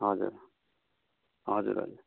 हजुर हजुर हजुर